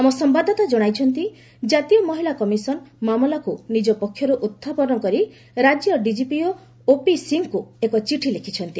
ଆମ ସମ୍ଭାଦଦାତା ଜଣାଇଛନ୍ତି ଜାତୀୟ ମହିଳା କମିଶନ ମାମଲାକୁ ନିଜପକ୍ଷରୁ ଉଦ୍ଧପନ କରି ରାଜ୍ୟ ଡିଜିପି ଓପି ସିଙ୍କ ଏକ ଚିଠି ଲେଖିଛନ୍ତି